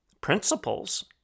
principles